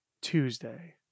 Tuesday